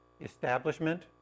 establishment